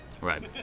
Right